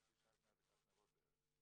שזה חצי שעה בערך לפני הדלת נרות בירושלים.